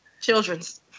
Children's